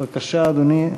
בבקשה, אדוני.